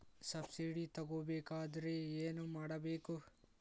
Subsidy ತಗೊಬೇಕಾದರೆ ಏನು ಮಾಡಬೇಕು?